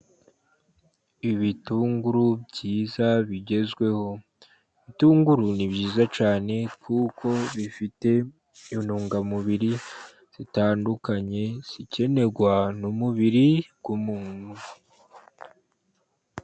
Ibitunguru byiza bigezweho. Ibitunguru ni byiza cyane, kuko bifite intungamubiri zitandukanye, zikenerwa n'umubiri w'umuntu.